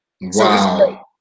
Wow